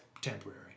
temporary